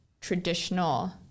traditional